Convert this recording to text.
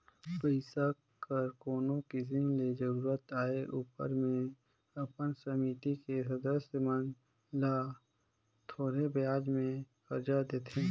पइसा कर कोनो किसिम ले जरूरत आए उपर में अपन समिति के सदस्य मन ल थोरहें बियाज में करजा देथे